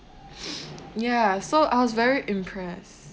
ya so I was very impressed